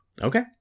okay